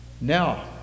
Now